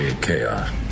Chaos